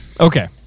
Okay